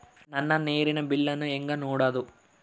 ನನ್ನ ನೇರಿನ ಬಿಲ್ಲನ್ನು ಹೆಂಗ ನೋಡದು?